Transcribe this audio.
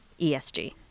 ESG